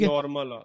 Normal